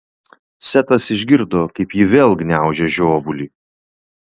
setas išgirdo kaip ji vėl gniaužia žiovulį